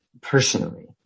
Personally